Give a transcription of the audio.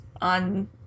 on